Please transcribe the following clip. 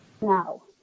Now